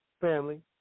family